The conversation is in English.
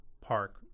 park